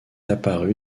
apparue